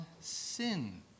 sin